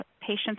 patients